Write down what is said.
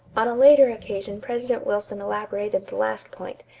on a later occasion president wilson elaborated the last point,